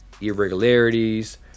irregularities